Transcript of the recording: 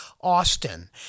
Austin